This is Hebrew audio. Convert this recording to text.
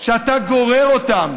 שאתה גורר אותם,